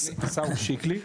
השר הוא שיקלי.